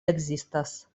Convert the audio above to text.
ekzistas